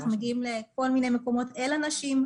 אנחנו מגיעים לכל מיני מקומות אל האנשים.